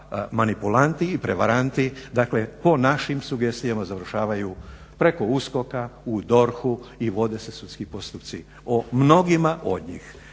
manipulanti i prevaranti dakle po našim sugestijama završavaju preko USKOK-a u DORH-u i vode se sudski postupci o mnogima od njih.